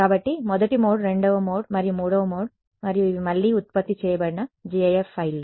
కాబట్టి మొదటి మోడ్ రెండవ మోడ్ మరియు మూడవ మోడ్ మరియు ఇవి మళ్లీ ఉత్పత్తి చేయబడిన gif ఫైల్లు